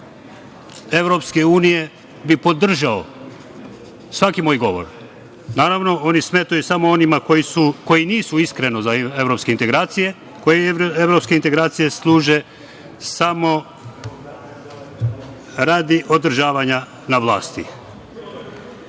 deo EU bi podržao svaki moj govor. Naravno, oni smetaju samo onima koji nisu iskreno za evropske integracije, kojima evropske integracije služe samo radi održavanja na vlasti. Verujem